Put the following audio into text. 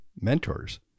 mentors